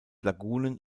lagunen